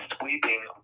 sweeping